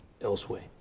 elsewhere